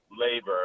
labor